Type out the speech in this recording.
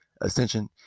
ascension